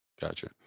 Gotcha